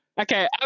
Okay